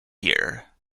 here